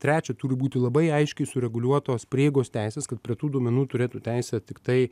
trečia turi būti labai aiškiai sureguliuotos prieigos teisės kad prie tų duomenų turėtų teisę tik tai